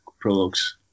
products